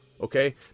Okay